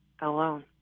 alone